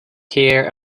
here